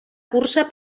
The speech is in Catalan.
cursa